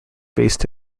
based